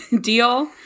deal